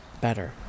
better